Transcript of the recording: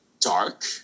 dark